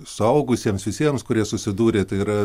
suaugusiems visiems kurie susidūrė tai yra